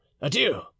adieu